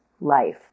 life